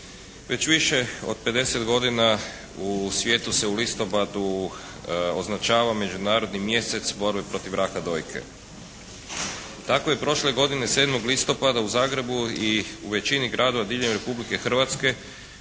Već više od pedeset godina u svijetu se u listopadu označava Međunarodni mjesec u borbi protiv raka dojke. Dakle, prošle godine 7. listopada u Zagrebu i u većini gradova diljem Republike Hrvatske